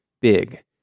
big